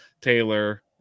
Taylor